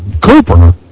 Cooper